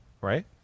right